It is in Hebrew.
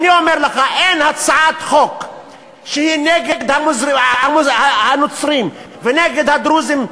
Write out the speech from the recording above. אני אומר לך: אין הצעת חוק שהיא נגד הנוצרים ונגד הדרוזים דווקא,